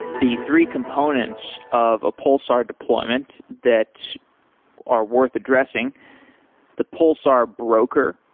the three components of a pulsar deployment that are worth addressing the pulsar broker,